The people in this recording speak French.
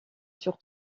sur